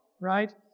right